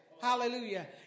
Hallelujah